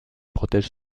protège